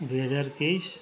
दुई हजार तेइस